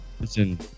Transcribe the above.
Listen